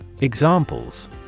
Examples